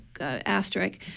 asterisk